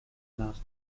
last